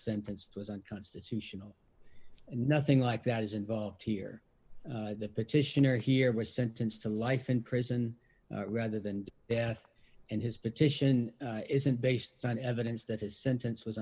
sentence was unconstitutional nothing like that is involved here the petitioner here was sentenced to life in prison rather than death and his petition isn't based on evidence that his sentence was